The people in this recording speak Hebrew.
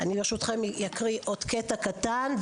ברשותכם אני אקריא עוד קטע קטן,